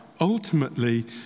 ultimately